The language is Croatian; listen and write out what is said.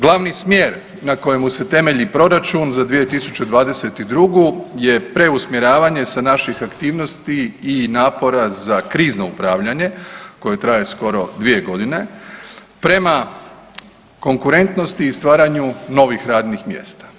Glavni smjer na kojemu se temelji proračun za 2022. je preusmjeravanje sa naših aktivnosti i napora za krizno upravljanje koje traje skoro dvije godine prema konkurentnosti i stvaranju novih radnih mjesta.